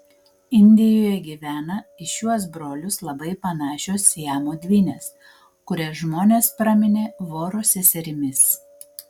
indijoje gyvena į šiuos brolius labai panašios siamo dvynės kurias žmonės praminė voro seserimis